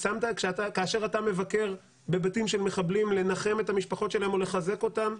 כאשר אתה מבקר בבתים של מחבלים לנחם את המשפחות שלהם או לחזק אותם,